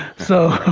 so